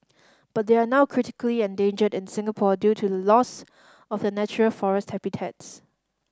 but they are now critically endangered in Singapore due to the loss of the natural forest habitats